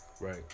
right